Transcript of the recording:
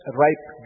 ripe